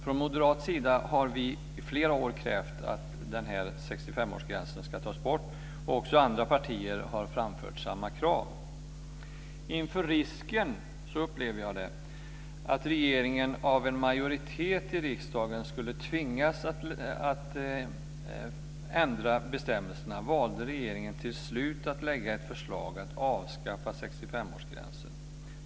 Från moderat sida har vi i flera år krävt att 65 årsgränsen ska tas bort. Också andra partier har framfört samma krav. Inför risken - så upplever jag det - att regeringen av en majoritet i riksdagen skulle tvingas att ändra bestämmelserna valde regeringen till slut att lägga fram ett förslag om att avskaffa 65-årsgränsen.